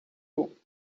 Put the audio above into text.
you